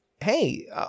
hey